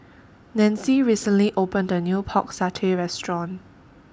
Nancie recently opened A New Pork Satay Restaurant